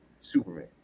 Superman